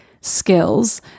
skills